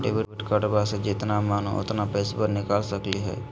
Debit कार्डबा से जितना मन उतना पेसबा निकाल सकी हय?